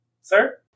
Sir